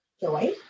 joy